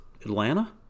Atlanta